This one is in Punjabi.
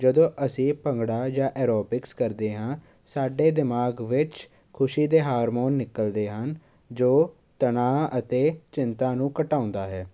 ਜਦੋਂ ਅਸੀਂ ਭੰਗੜਾ ਜਾਂ ਐਰੋਬਿਕਸ ਕਰਦੇ ਹਾਂ ਸਾਡੇ ਦਿਮਾਗ ਵਿੱਚ ਖੁਸ਼ੀ ਦੇ ਹਾਰਮੋਨ ਨਿਕਲਦੇ ਹਨ ਜੋ ਤਣਾਅ ਅਤੇ ਚਿੰਤਾ ਨੂੰ ਘਟਾਉਂਦਾ ਹੈ